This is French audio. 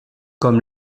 comme